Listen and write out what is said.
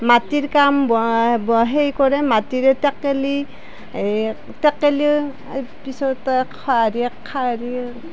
মাটিৰ কাম সেই কৰে মাটিৰে টেকেলি এই টেকেলি তাৰ পিছত এই